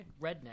redneck